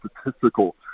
statistical